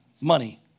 money